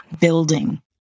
building